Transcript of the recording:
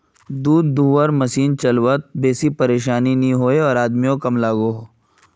दूध धुआर मसिन चलवात बेसी परेशानी नि होइयेह आर आदमियों कम लागोहो